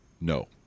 No